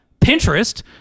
Pinterest